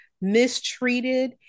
mistreated